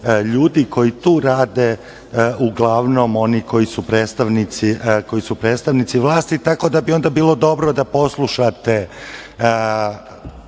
ljudi koji tu rade, uglavnom oni koji su predstavnici vlasti. Tako da bi onda bilo dobro da poslušate